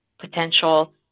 potential